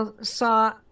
saw